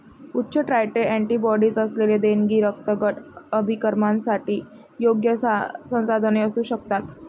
उच्च titre antibodies असलेली देणगी रक्तगट अभिकर्मकांसाठी योग्य संसाधने असू शकतात